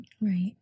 Right